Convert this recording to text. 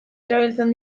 erabiltzen